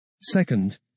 Second